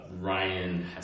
Ryan